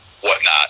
whatnot